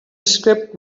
script